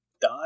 die